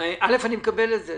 שאני מקבל את זה.